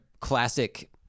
classic